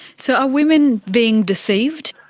so are women being deceived?